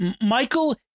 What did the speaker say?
michael